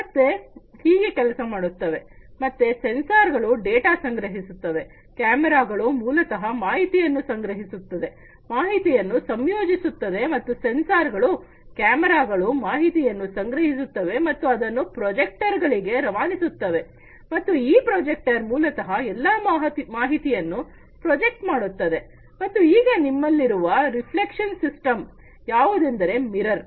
ಮತ್ತೆ ಸೆನ್ಸರ್ಗಳು ಡೇಟಾ ಸಂಗ್ರಹಿಸುತ್ತವೆ ಕ್ಯಾಮೆರಾಗಳು ಮೂಲತಃ ಮಾಹಿತಿಯನ್ನು ಸಂಗ್ರಹಿಸುತ್ತದೆ ಮಾಹಿತಿಯನ್ನು ಯೋಜಿಸುತ್ತದೆ ಮತ್ತು ಸೆನ್ಸರ್ ಗಳು ಕ್ಯಾಮೆರಾಗಳು ಮಾಹಿತಿಯನ್ನು ಸಂಗ್ರಹಿಸುತ್ತವೆ ಮತ್ತು ಅದನ್ನು ಪ್ರೋಜೆಕ್ಟರ್ ಗಳಿಗೆ ರವಾನಿಸುತ್ತವೆ ಮತ್ತು ಈ ಪ್ರೊಜೆಕ್ಟರ್ ಮೂಲತಃ ಎಲ್ಲಾ ಮಾಹಿತಿಯನ್ನು ಪ್ರಜೆಕ್ಟ್ ಮಾಡುತ್ತದೆ ಮತ್ತು ಈಗ ನಿಮ್ಮ ಲ್ಲಿರುವುದು ರಿಫ್ಲೆಕ್ಷನ್ ಸಿಸ್ಟಮ್ ಯಾವುದೆಂದರೆ ಮಿರರ್